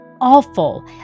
awful